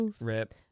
Rip